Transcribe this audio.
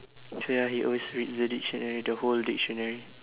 so ya he always reads the dictionary the whole dictionary